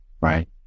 Right